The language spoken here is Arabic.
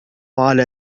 على